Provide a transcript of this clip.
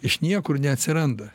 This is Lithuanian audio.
iš niekur neatsiranda